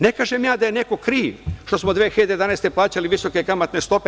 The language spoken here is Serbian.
Ne kažem ja da je neko kriv što smo 2011. godine plaćali visoke kamatne stope.